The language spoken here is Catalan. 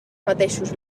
mateixos